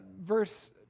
verse